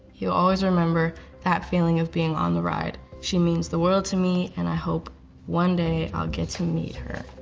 you always remember that feeling of being on the ride. she means the world to me, and i hope one day i'll get to meet her.